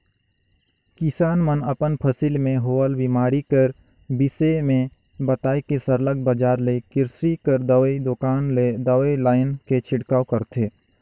किसान मन अपन फसिल में होवल बेमारी कर बिसे में बताए के सरलग बजार ले किरसी कर दवई दोकान ले दवई लाएन के छिड़काव करथे